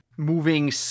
Moving